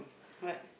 what